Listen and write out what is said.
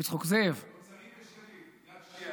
רבי יצחק זאב, מוצרים ישנים, יד שנייה.